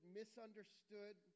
misunderstood